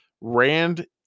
Rand